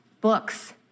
books